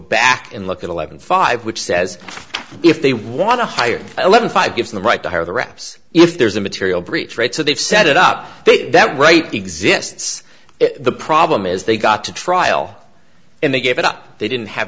back and look at eleven five which says if they want to hire eleven five gives him the right to hire the reps if there's a material breach rate so they've set it up that right exists the problem is they got to trial and they gave it up they didn't have